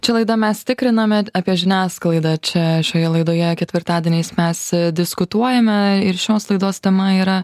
čia laida mes tikriname apie žiniasklaidą čia šioje laidoje ketvirtadieniais mes diskutuojame ir šios laidos tema yra